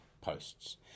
posts